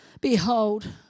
Behold